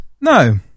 No